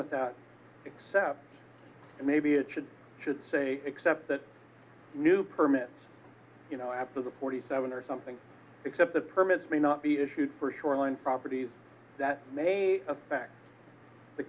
with that except maybe it should should say except that new permits after the forty seven or something except the permits may not be issued for shoreline properties that may affect the